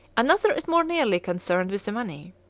another is more nearly concerned with the money.